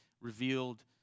revealed